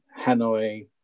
Hanoi